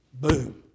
Boom